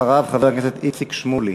אחריו, חבר הכנסת איציק שמולי,